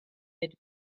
had